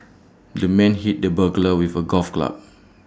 the man hit the burglar with A golf club